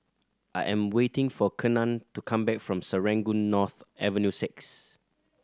I am waiting for Kenan to come back from Serangoon North Avenue Six